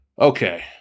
okay